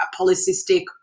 polycystic